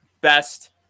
best